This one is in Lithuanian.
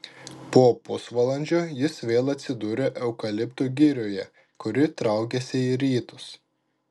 po pusvalandžio jis vėl atsidūrė eukaliptų girioje kuri traukėsi į rytus